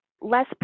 less